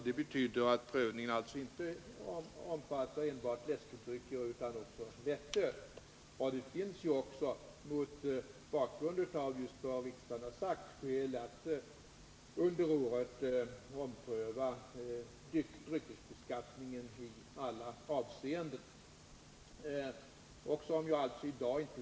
Det betyder att prövningen omfattar inte enbart läskedrycker utan också lättöl. Mot bakgrund av vad riksdagen har uttalat finns det också skäl att under året i alla avseenden ompröva dryckesbeskattningen.